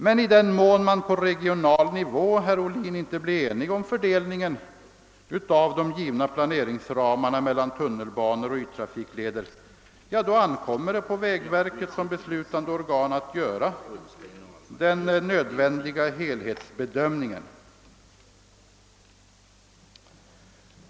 Men i den mån man på regional nivå, herr Ohlin, inte blir enig om fördelningen av de givna planeringsramarna mellan tunnelbanor och yttrafikleder ankommer det på vägverket att göra den nödvändiga helhetsbedömningen.